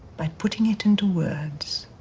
by putting it into words.